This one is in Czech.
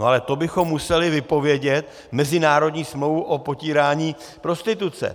No ale to bychom museli vypovědět mezinárodní smlouvu o potírání prostituce.